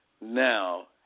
now